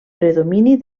predomini